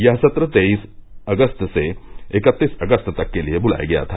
यह संत्र तेईस अगस्त से इक्तीस अगस्त तक के लिए बुलाया गया था